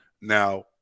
Now